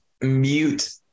mute